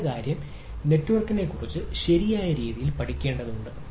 അടുത്ത കാര്യം നെറ്റ്വർക്കിനെക്കുറിച്ച് ശരിയായ രീതിയിൽ പഠിക്കേണ്ടതുണ്ട്